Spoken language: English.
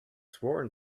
sworn